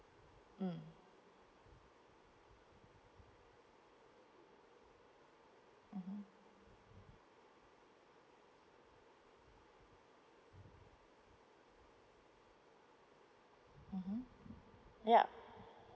mm mmhmm mmhmm yup